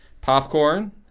Popcorn